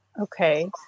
Okay